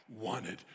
wanted